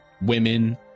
women